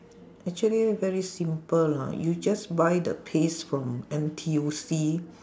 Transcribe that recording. actually very simple lah you just buy the paste from N_T_U_C